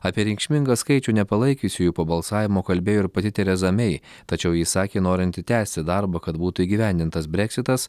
apie reikšmingą skaičių nepalaikiusiųjų po balsavimo kalbėjo ir pati tereza mei tačiau ji sakė norinti tęsti darbą kad būtų įgyvendintas breksitas